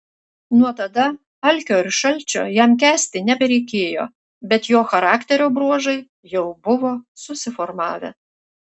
nuo tada alkio ir šalčio jam kęsti nebereikėjo bet jo charakterio bruožai jau buvo susiformavę